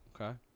Okay